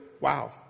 Wow